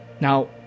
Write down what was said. Now